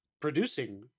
producing